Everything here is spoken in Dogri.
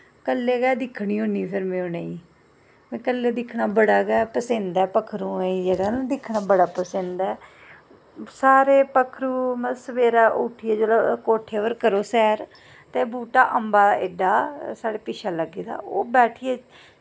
कल्ले गै दिक्खनी होन्नी फिर में उ'नें गी कल्ले दिक्खनां बड़ा पसंद ऐ पक्खरुएं गी दिक्खनां बड़ा पसंद ऐ सारे पक्खरू सवेरै उट्ठियै कोठे पर जिसलै करो सैर ते बूह्टा एड्डा पिच्छैं अम्बे दा लग्गे दा ओह् बैठियै